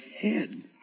head